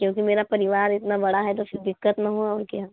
क्योंकि मेरा परिवार इतना बड़ा है तो फिर दिक्कत ना हो और क्या